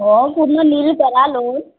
हो पूर्ण नील करा लोन